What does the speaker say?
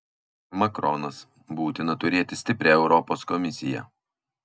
makronas būtina turėti stiprią europos komisiją